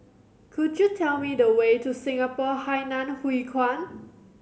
could you tell me the way to Singapore Hainan Hwee Kuan